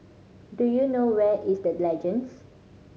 do you know where is The Legends